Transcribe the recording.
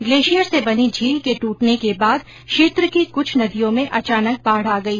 glacier से बनी झील के ट्रटने के बाद क्षेत्र की क्छ नदियों में अचानक बाढ़ आ ग ई